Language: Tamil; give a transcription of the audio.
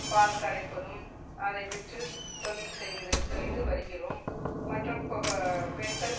பால் கறப்பதும் அதை விற்று தொழில் செய்து செய்து வருகிறோம் மற்றும் பெண்கள்